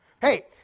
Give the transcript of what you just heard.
Hey